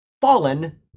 fallen